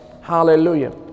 Hallelujah